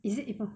is it equal